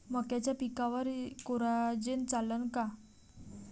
मक्याच्या पिकावर कोराजेन चालन का?